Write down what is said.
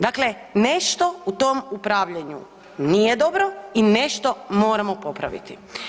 Dakle, nešto u tom upravljanju nije dobro i nešto moramo popraviti.